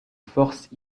forces